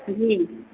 जी